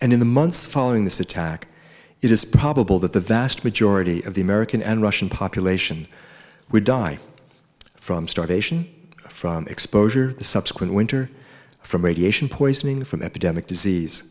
and in the months following this attack it is probable that the vast majority of the american and russian population would die from starvation from exposure the subsequent winter from radiation poisoning from epidemic disease